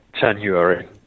January